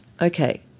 Okay